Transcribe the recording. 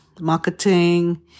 marketing